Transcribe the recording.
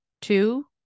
Two